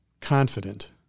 confident